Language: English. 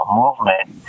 movement